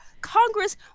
Congress